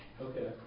Okay